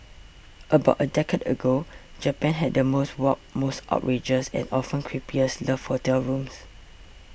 about a decade ago Japan had the most warped most outrageous and often creepiest love hotel rooms